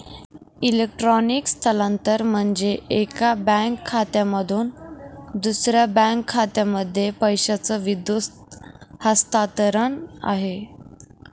electronic स्थलांतरण म्हणजे, एका बँक खात्यामधून दुसऱ्या बँक खात्यामध्ये पैशाचं विद्युत हस्तांतरण आहे